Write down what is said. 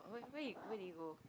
where he where did he go